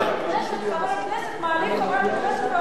אבל זה לא ייתכן שמעל במת הכנסת חבר הכנסת מעליב חברת כנסת,